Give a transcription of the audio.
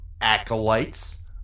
acolytes